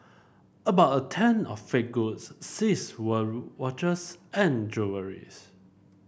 about a tenth of fake goods seized were watches and jewellries